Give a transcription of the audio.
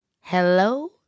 Hello